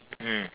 mm